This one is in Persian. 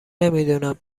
نمیدونم